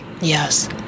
Yes